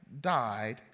died